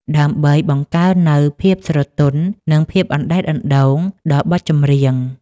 ដើម្បីបង្កើននូវភាពស្រទន់ និងភាពអណ្តែតអណ្តូងដល់បទចម្រៀង។